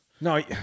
No